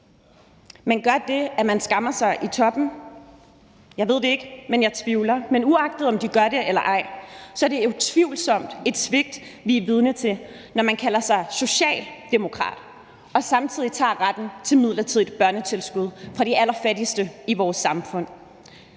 Men gør det, at man skammer sig i toppen? Jeg ved det ikke, men jeg tvivler. Men uagtet de gør det eller ej, er det utvivlsomt et svigt, vi er vidne til, når man kalder sig social-demokrat og samtidig tager retten til midlertidig børnetilskud fra de allerfattigste i vores samfund,